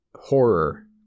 horror